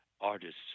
artists